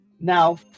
now